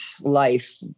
Life